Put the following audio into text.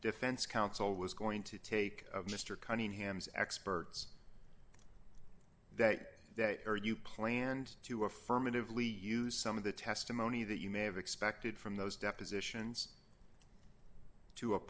defense counsel was going to take mr cunningham's experts that are you planned to affirmatively use some of the testimony that you may have expected from those depositions to